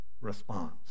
response